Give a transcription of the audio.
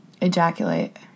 ejaculate